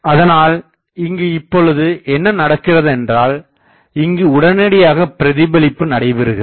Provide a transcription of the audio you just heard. அதனால் இங்கு இப்போழுது என்ன நடக்கிறதுயென்றால் இங்கு உடனடியாகப் பிரதிபலிப்பு நடைபெறுகிறது